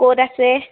ক'ত আছে